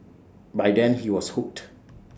by then he was hooked